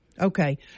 Okay